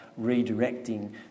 redirecting